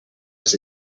was